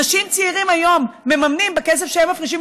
אנשים צעירים היום מממנים בכסף שהם מפרישים